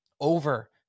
over